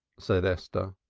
said esther,